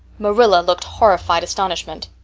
marilla looked horrified astonishment.